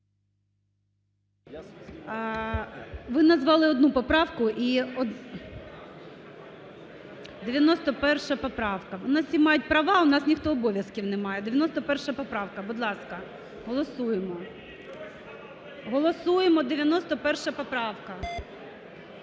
Ви назвали одну поправку, 91 поправка. У нас всі мають права, у нас ніхто обов'язків немає. 91 поправка, будь ласка, голосуємо. Голосуємо, 91 поправка.